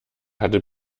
hatte